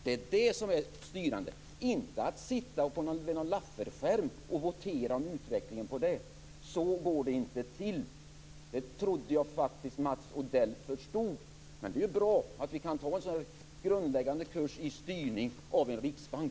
Det är det som skall vara styrande, inte att sitta vid någon Lafferskärm och votera om utvecklingen. Så går det inte till. Det trodde jag faktiskt att Mats Odell förstod, men det är ju bra att vi kan ta en sådan här grundläggande kurs i styrning av en riksbank.